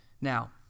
Now